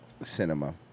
cinema